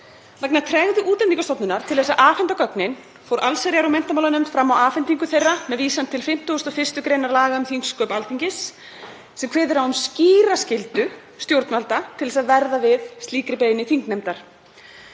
vegna tregðu Útlendingastofnunar til að afhenda gögnin fór allsherjar- og menntamálanefnd fram á afhendingu þeirra með vísan til 51. gr. laga um þingsköp Alþingis sem kveður á um skýra skyldu stjórnvalda til að verða við slíkri beiðni þingnefndar.